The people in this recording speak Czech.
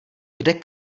kde